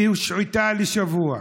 היא הושעתה לשבוע.